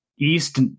East